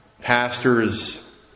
Pastors